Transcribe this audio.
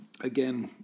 again